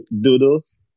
doodles